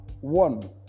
One